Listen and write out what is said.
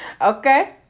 Okay